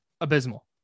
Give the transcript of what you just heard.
abysmal